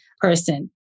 person